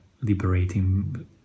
liberating